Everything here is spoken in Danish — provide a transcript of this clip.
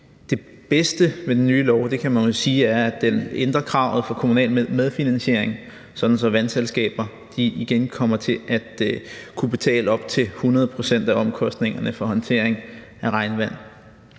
lovforslag kan man jo sige er, at det ændrer kravet for kommunal medfinansiering, sådan at vandselskaber igen kommer til at kunne betale op til 100 pct. af omkostningerne for håndtering af regnvand.